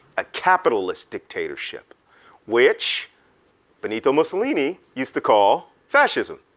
a capitalist dictatorship which benito mussolini used to call fascism,